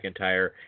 McIntyre